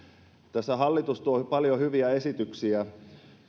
tässä hallitus tuo paljon hyviä esityksiä